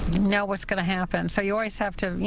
know what's going to happen. so you always have to, you